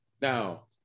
Now